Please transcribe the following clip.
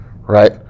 right